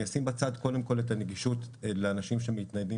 אני אשים בצד קודם כל את הנגישות לאנשים שמתניידים